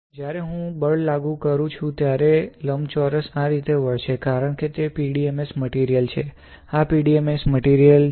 જ્યારે હું બળ લાગુ કરું છું ત્યારે લંબચોરસ આ રીતે વળશે કારણ કે તે PDMS મટીરિયલ છે આ PDMS મટીરિયલ છે